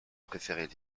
préférer